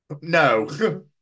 No